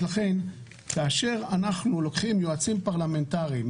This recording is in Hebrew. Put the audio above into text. לכן כאשר אנחנו לוקחים יועצים פרלמנטריים,